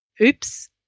Oops